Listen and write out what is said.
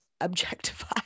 objectify